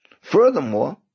Furthermore